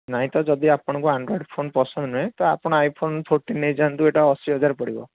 ନାଇଁ ତ ଯଦି ଆପଣଙ୍କୁ ଆଣ୍ଡ୍ରଏଡ଼୍ ଫୋନ୍ ପସନ୍ଦ ନୁହେଁ ତ ଆପଣ ଆଇଫୋନ୍ ଫୋର୍ଟିନ୍ ନେଇଯାଆନ୍ତୁ ଏଟା ଅଶୀହଜାର ପଡ଼ିବ